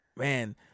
Man